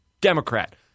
Democrat